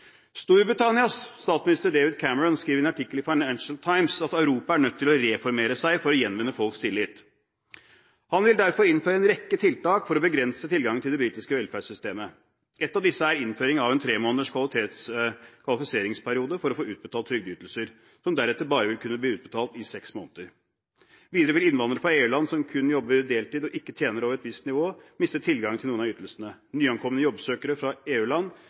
Storbritannias statsminister, David Cameron, skriver i en artikkel i Financial Times at Europa er nødt til å reformere seg for å gjenvinne folks tillit. Han vil derfor innføre en rekke tiltak for å begrense tilgangen til det britiske velferdssystemet. Et av disse er innføring av en tremåneders kvalifiseringsperiode for å få utbetalt trygdeytelser, som deretter bare vil kunne bli utbetalt i seks måneder. Videre vil innvandrere fra EU-land som kun jobber deltid og ikke tjener over et visst nivå, miste tilgangen til noen av ytelsene. Nyankomne jobbsøkere fra